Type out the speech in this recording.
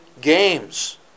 Games